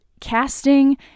casting